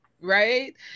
right